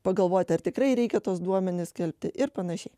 pagalvoti ar tikrai reikia tuos duomenis skelbti ir panašiai